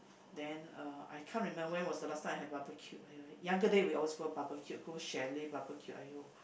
then uh I can't remember when was the last time I had barbeque I I younger day we always go barbecue go chalet barbecue !aiyo!